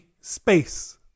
space